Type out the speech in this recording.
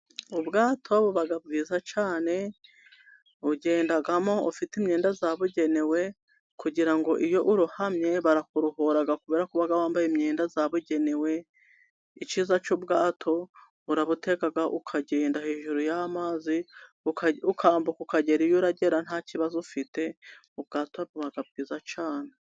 Ubwato buba bwiza cyane, ubugendamo ufite imyenda yabugenewe, kugira ngo iyo urohamye barakurohora kubera ko uba wambaye imyenda yabugenewe, icyiza cy'ubwato urabutega ukagenda hejuru y'amazi, bukambuka ukagera iyo uragera nta kibazo ufite, ubwato buba bwiza cyane.